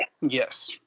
Yes